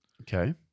Okay